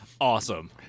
Awesome